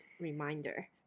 reminder